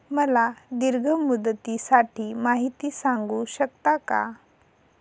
मला दीर्घ मुदतीसाठी माहिती सांगू शकता का?